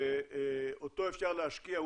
שאותו אפשר להשקיע,